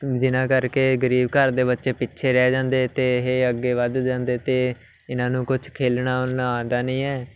ਜਿਹਨਾਂ ਕਰਕੇ ਗਰੀਬ ਘਰ ਦੇ ਬੱਚੇ ਪਿੱਛੇ ਰਹਿ ਜਾਂਦੇ ਅਤੇ ਇਹ ਅੱਗੇ ਵੱਧ ਜਾਂਦੇ ਅਤੇ ਇਹਨਾਂ ਨੂੰ ਕੁਛ ਖੇਲਣਾ ਉਨਾਂ ਆਉਂਦਾ ਨਹੀਂ ਹੈ